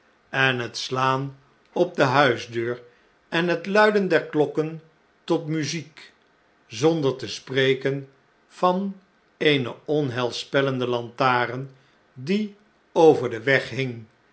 en het slaan op de huisdeur en het luiden der klokken tot muziek zonder te spreken van eene onheilspellende lantaren die over den weg